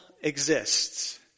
exists